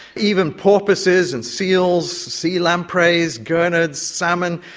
even porpoises and seals, sea lampreys, gurnards, salmon,